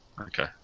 Okay